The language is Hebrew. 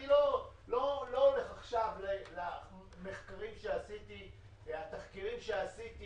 אני לא הולך עכשיו לתחקירים שעשיתי